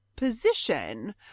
position